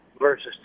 versus